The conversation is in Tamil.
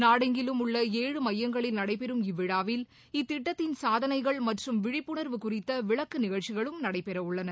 நாடெங்கிலும் உள்ள ஏழு மையங்களில் நடைபெறும் இவ்விழாவில் இத்திட்டத்தின் சாதனைகள் மற்றும் விழிப்புணர்வு குறித்த விளக்க நிகழ்ச்சிகளும் நடைபெற உள்ளன